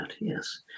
Yes